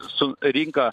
su rinka